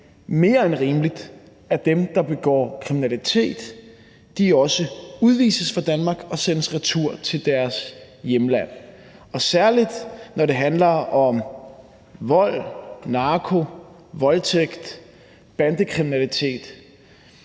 mere end rimeligt, at dem, der begår kriminalitet, også udvises fra Danmark og sendes retur til deres hjemland. Og dommen skal falde hårdt, særlig når det handler om vold, narko, voldtægt, bandekriminalitet,